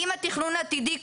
אם התכנון העתידי כרגע,